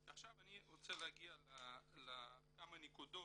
עכשיו אני רוצה להגיע לכמה נקודות.